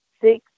six